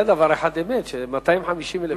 היה דבר אחד אמת: ש-250,000 שקל,